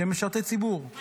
שהם משרתי ציבור,